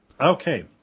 Okay